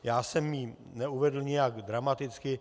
Já jsem ji neuvedl nijak dramaticky.